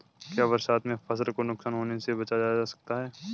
क्या बरसात में फसल को नुकसान होने से बचाया जा सकता है?